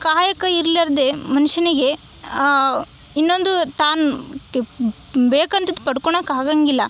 ಕಾಯಕ ಇಲ್ಲದೆ ಮನುಷ್ಯನಿಗೆ ಇನ್ನೊಂದು ತಾನ್ ಬೇಕಂತಿದ್ದು ಪಡ್ಕೊಳಕ್ಕೆ ಆಗಂಗಿಲ್ಲ